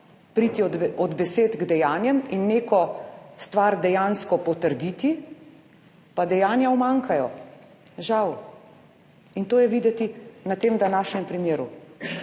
priti od besed k dejanjem in neko stvar dejansko potrditi, pa dejanja umanjkajo, žal, in to je videti na tem današnjem primeru.